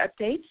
updates